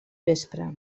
vespre